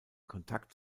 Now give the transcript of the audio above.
kontakt